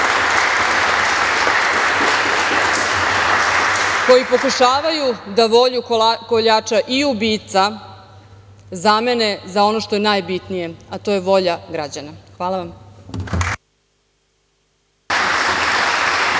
koji pokušavaju da volju koljača i ubica zamene za ono što je najbitnije, a to je volja građana. Hvala vam.